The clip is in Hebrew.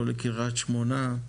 לא לקריית שמונה,